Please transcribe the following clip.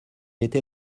était